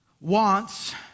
wants